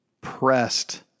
pressed